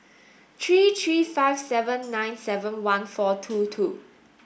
three three five seven nine seven one four two two